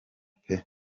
peeee